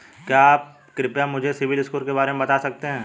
क्या आप कृपया मुझे सिबिल स्कोर के बारे में बता सकते हैं?